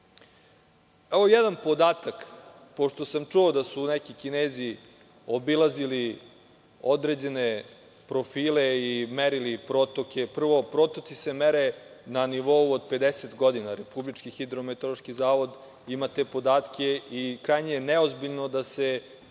Evo jedan podatak, pošto sam čuo da su neki Kinezi obilazili određene profile i merili protoke. Prvo, protoci se mere na nivou od 50 godina. Republički hidrometeorološki zavod ima te podatke i krajnje je neozbiljno da se